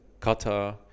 Qatar